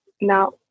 Now